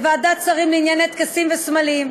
לוועדת שרים לענייני טקסים וסמלים,